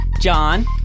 John